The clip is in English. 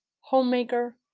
homemaker